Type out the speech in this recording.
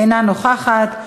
אינה נוכחת,